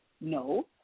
No